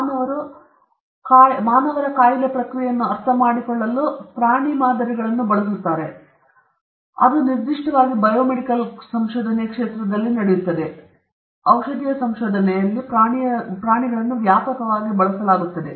ಮಾನವರು ಕಾಯಿಲೆ ಪ್ರಕ್ರಿಯೆಯನ್ನು ಅರ್ಥಮಾಡಿಕೊಳ್ಳಲು ಮಾದರಿಗಳನ್ನು ಬಳಸುತ್ತಾರೆ ಅದರಲ್ಲೂ ನಿರ್ದಿಷ್ಟವಾಗಿ ಬಯೋಮೆಡಿಕಲ್ ಸಂಶೋಧನೆಯ ಕ್ಷೇತ್ರ ಔಷಧೀಯ ಸಂಶೋಧನೆ ಪ್ರಾಣಿಗಳನ್ನು ವ್ಯಾಪಕವಾಗಿ ಬಳಸಲಾಗುತ್ತದೆ